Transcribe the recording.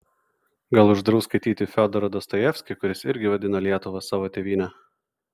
gal uždraus skaityti fiodorą dostojevskį kuris irgi vadino lietuvą savo tėvyne